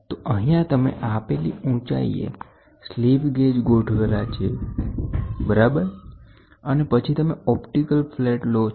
તો અહીંયા તમે આપેલી ઉચાઇયે સ્લીપ ગેજ ગોઠવેલા છે બરાબર અને પછી તમે ઓપ્ટિકલ ફ્લેટ લો છો